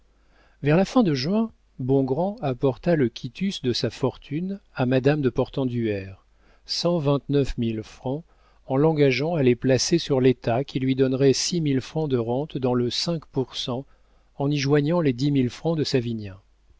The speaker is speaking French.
vers la fin de juin bongrand apporta le quitus de sa fortune à madame de portenduère cent vingt-neuf mille francs en l'engageant à les placer sur l'état qui lui donnerait six mille francs de rente dans le cinq pour cent en y joignant les dix mille francs de savinien